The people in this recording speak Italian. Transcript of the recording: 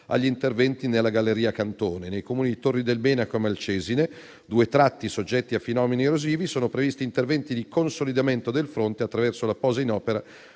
agli interventi nella galleria Cantone, nei Comuni di Torri del Benaco e Malcesine, due tratti soggetti a fenomeni erosivi. Sono previsti interventi di consolidamento del fronte attraverso la posa in opera